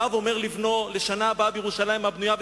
ואב היה אומר לבנו "לשנה הבאה בירושלים הבנויה",